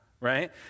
right